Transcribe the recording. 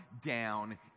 down